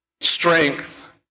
Strength